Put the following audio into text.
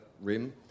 rim